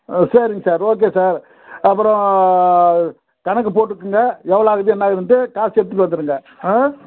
ஆ சரிங்க sir okay sir அப்புறம் கணக்கு போட்டுக்கங்க எவ்வளோ ஆகுது என்ன ஏதுன்ட்டு காசு எடுத்துகிட்டு வந்துடுங்க ஆ